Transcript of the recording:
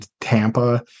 Tampa